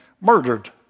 murdered